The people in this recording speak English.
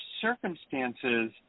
circumstances